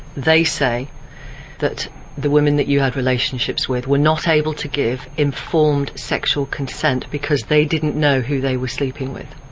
they say that the women that you have relationships we were not able to give informed sexual consent because they didn't know who they were sleeping with.